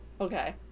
Okay